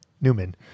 Newman